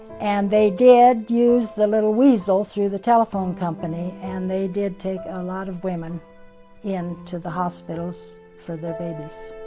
and they did use the little weasel through the telephone company, and they did take a lot of women in to the hospitals for their babies.